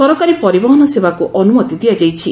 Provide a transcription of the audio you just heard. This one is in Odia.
ସରକାରୀ ପରିବହନ ସେବାକୁ ଅନୁମତି ଦିଆଯାଇଛି